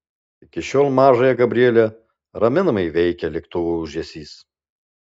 iki šiol mažąją gabrielę raminamai veikia lėktuvų ūžesys